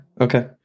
Okay